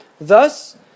Thus